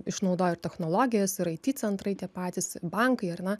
išnaudoja ir technologijas ir ai ty centrai tie patys bankai ar ne